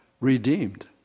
redeemed